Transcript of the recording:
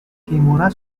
kimura